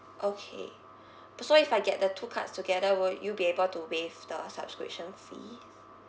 okay per so if I get the two cards together will you be able to waive the subscription fees